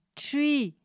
tree